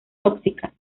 tóxicas